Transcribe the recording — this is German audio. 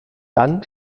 dann